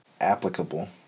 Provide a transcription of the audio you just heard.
applicable